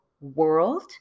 world